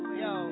yo